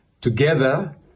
Together